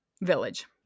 village